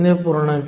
37 0